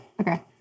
Okay